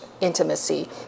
intimacy